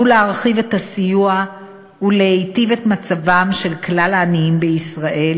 להרחיב את הסיוע ולהיטיב את מצבם של כלל העניים בישראל,